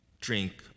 drink